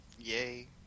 yay